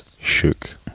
Shook